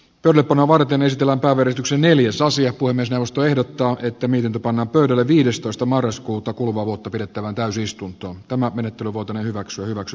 pelipanoa varten esitellä verotuksen eli jos asia voi myös jaosto ehdottaa että miten panna pöydälle viidestoista marraskuuta kuluvaa vuotta pidettävään täysistuntoon tämä menetti voiton hyväksi hyväksi